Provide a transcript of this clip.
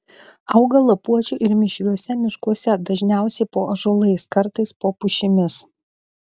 auga lapuočių ir mišriuose miškuose dažniausiai po ąžuolais kartais po pušimis